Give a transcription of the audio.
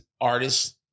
artists